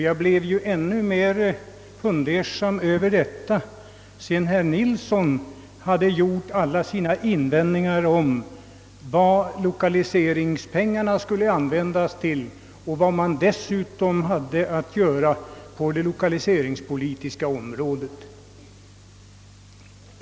Jag blev ändå mer fundersam sedan herr Nilsson i Tvärålund hade gjort alla sina invändningar mot vad lokaliseringspengarna skall användas till och sedan jag hört hans åsikter om vad man hade att göra på det lokaliseringspolitiska området.